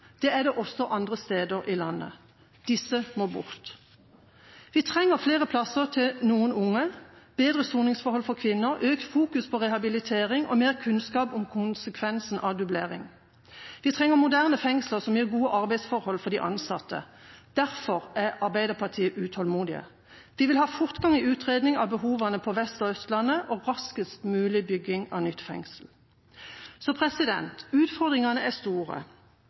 Det er det også andre steder i landet. Disse må bort. Vi trenger noen flere plasser til de unge, bedre soningsforhold for kvinner, økt fokus på rehabilitering og mer kunnskap om konsekvensene av dublering. Vi trenger moderne fengsler som gir gode arbeidsforhold for de ansatte. Derfor er Arbeiderpartiet utålmodig. Vi vil ha fortgang i utredning av behovene på Vest- og Østlandet og raskest mulig bygging av nytt fengsel. Så utfordringene er store.